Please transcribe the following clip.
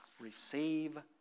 Receive